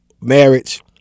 marriage